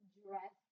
dress